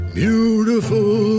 beautiful